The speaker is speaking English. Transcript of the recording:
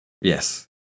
yes